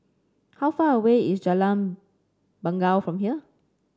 how far away is Jalan Bangau from here